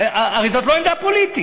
הרי זו לא עמדה פוליטית.